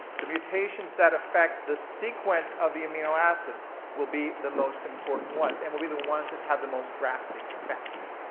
the mutations that affect the sequence of the amino acids will be the most important ones and will be the ones that have the most drastic effects.